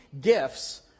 gifts